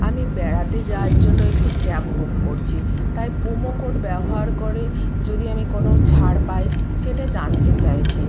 আমি বেড়াতে যাওয়ার জন্য একটি ক্যাব বুক করছি তাই প্রোমো কোড ব্যবহার করে যদি আমি কোনো ছাড় পাই সেটা জানতে চাইছি